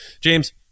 James